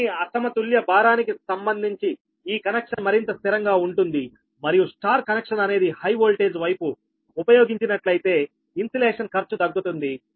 కానీ అసమతుల్య భారానికి సంబంధించి ఈ కనెక్షన్ మరింత స్థిరంగా ఉంటుంది మరియు స్టార్ కనెక్షన్ అనేది హై వోల్టేజ్ వైపు ఉపయోగించినట్లయితే ఇన్సులేషన్ ఖర్చు తగ్గుతుంది